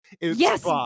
Yes